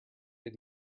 did